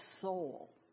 soul